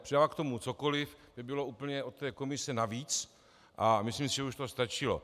Přidávat k tomu cokoliv by bylo úplně od té komise navíc a myslím si, že už to stačilo.